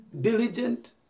Diligent